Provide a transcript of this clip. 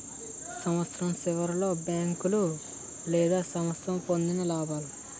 సంవత్సరం సివర్లో బేంకోలు లేదా సంస్థ పొందిన లాబాలు